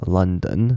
London